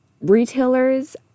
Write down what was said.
retailers